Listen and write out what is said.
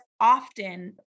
often